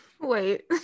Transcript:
wait